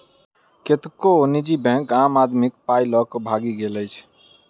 कतेको निजी बैंक आम आदमीक पाइ ल क भागि गेल अछि